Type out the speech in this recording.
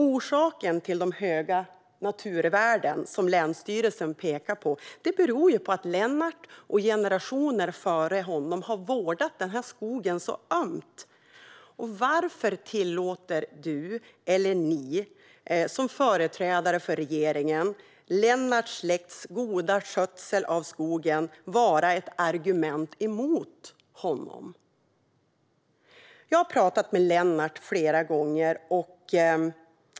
Orsaken till de höga naturvärden som länsstyrelsen pekar på beror på att Lennart och generationer före honom har vårdat skogen så ömt. Varför tillåter du eller ni, som företrädare för regeringen, Lennarts släkts goda skötsel av skogen som ett argument mot honom? Jag har pratat med Lennart flera gånger.